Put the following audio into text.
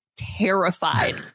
terrified